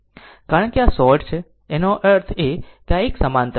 કારણ કે આ શોર્ટ છે એનો અર્થ એ કે આ એક સમાંતર છે